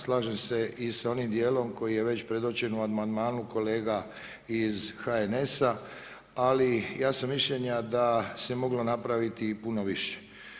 Slažem se i s onim dijelom, koji je već predočen u amandmanu kolega iz HNS-a, ali ja sam mišljenja da se moglo napraviti i puno više.